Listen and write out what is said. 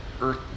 earth